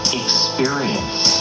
experience